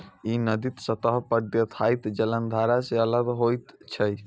ई नदीक सतह पर देखाइत जलधारा सं अलग होइत छै